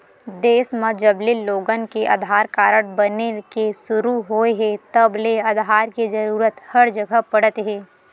देस म जबले लोगन के आधार कारड बने के सुरू होए हे तब ले आधार के जरूरत हर जघा पड़त हे